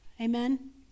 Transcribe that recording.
Amen